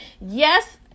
Yes